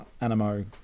Animo